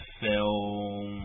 film